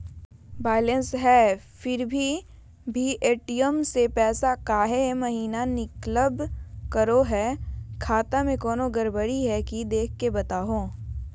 Balance है फिर भी भी ए.टी.एम से पैसा काहे महिना निकलब करो है, खाता में कोनो गड़बड़ी है की देख के बताहों?